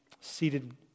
Seated